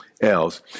else